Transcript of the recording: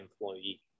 employee